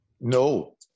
No